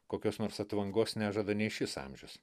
kokios nors atvangos nežada nei šis amžius